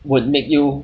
would make you